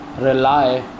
rely